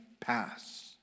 pass